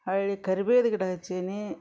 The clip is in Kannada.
ಹೊರ್ಳಿ ಕರ್ಬೇವ್ದು ಗಿಡ ಹಚ್ಚೀನಿ